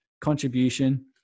contribution